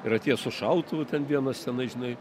ir atėjo su šautuvu ten vienas tenai žinai